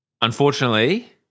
unfortunately